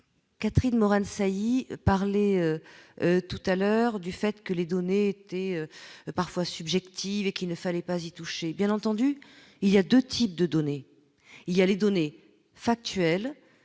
Catherine Morin-saillie parlait tout à l'heure du fait que les données étaient parfois subjective et qu'il ne fallait pas y toucher, bien entendu, il y a 2 types de données il y a les données factuelles